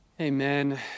Amen